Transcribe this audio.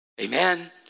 Amen